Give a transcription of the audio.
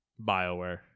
Bioware